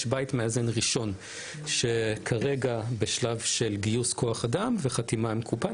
יש בית מאזן ראשון שכרגע הוא בשלב גיוס כוח-אדם וחתימה עם קופה,